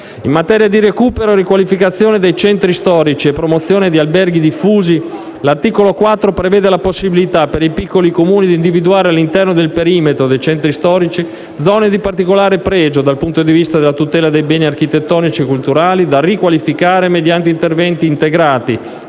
In materia di recupero e riqualificazione dei centri storici e promozione di alberghi diffusi, l'articolo 4 prevede la possibilità, per i piccoli Comuni, di individuare, all'interno del perimetro dei centri storici, zone di particolare pregio, dal punto di vista della tutela dei beni architettonici e culturali, da riqualificare mediante interventi integrati